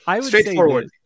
Straightforward